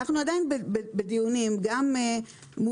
אנחנו עדיין בדיונים גם מול